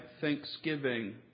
thanksgiving